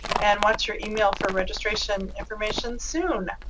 and watch your email for registration information soon.